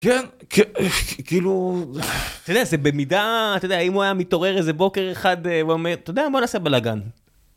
כן, כאילו, אתה יודע, זה במידה, אתה יודע, אם הוא היה מתעורר איזה בוקר אחד ואומר, אתה יודע, בוא נעשה בלאגן.